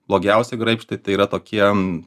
blogiausia graibštai tai yra tokie